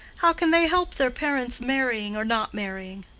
how can they help their parents marrying or not marrying?